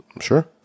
sure